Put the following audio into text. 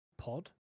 Pod